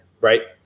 right